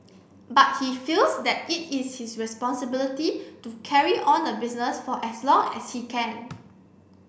but he feels that it is his responsibility to carry on the business for as long as he can